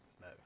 no